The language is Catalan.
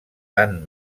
tant